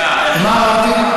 חאג' יחיא, אז מה אמרתי?